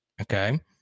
okay